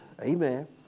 Amen